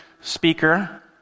speaker